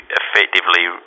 effectively